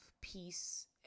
peace